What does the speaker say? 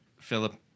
Philip